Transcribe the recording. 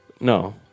No